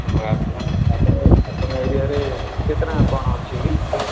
ଓ ଆପଣ ଆପଣଙ୍କ ଆପଣ ଏରିଆରେ କେତେ ଟଙ୍କା କ'ଣ ଅଛି କି